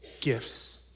gifts